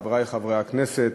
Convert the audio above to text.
חברי חברי הכנסת,